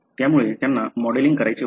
त्यामुळे त्यांना मॉडेलिंग करायचे होते